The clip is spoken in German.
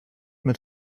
mit